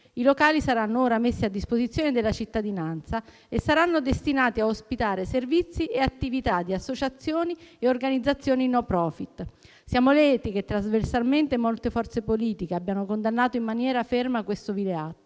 I locali saranno ora messi a disposizione della cittadinanza e saranno destinati a ospitare servizi e attività di associazioni e organizzazioni *non profit*. Siamo lieti che trasversalmente molte forze politiche abbiano condannato in maniera ferma questo vile atto